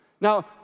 Now